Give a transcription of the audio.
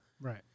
Right